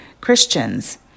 Christians